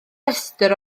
restr